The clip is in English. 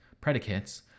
predicates